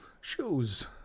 shoes